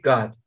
God